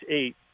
eight